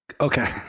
okay